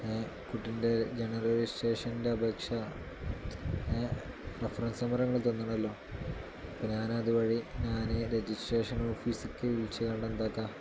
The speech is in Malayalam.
കുട്ടിൻ്റെ ജെനറൽ രെജിസ്ട്രേഷനിൻ്റെ അപേക്ഷ റെഫറൻസ് നമ്പര് ഇത് തന്നെയാണല്ലോ അപ്പം ഞാൻ അതുവഴി ഞാൻ രെജിസ്ട്രേഷൻ ഓഫീസക്ക് വിളിച്ച് കണ്ട് എന്താക്കാം